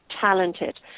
talented